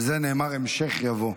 על זה נאמר: המשך יבוא.